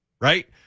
right